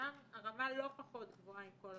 שם הרמה לא פחות גבוהה, עם כל הכבוד,